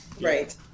Right